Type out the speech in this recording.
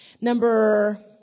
number